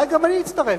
אולי גם אני אצטרף.